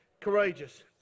courageous